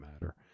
matter